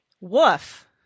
Woof